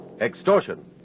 Extortion